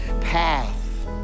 path